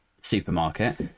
supermarket